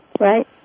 Right